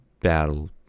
battle